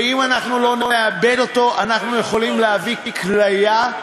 ואם אנחנו לא נעבד אותו אנחנו יכולים להביא כליה,